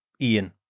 Ian